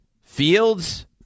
Fields